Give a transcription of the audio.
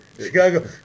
Chicago